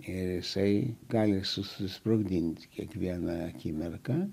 ir jisai gali susisprogdinti kiekvieną akimirką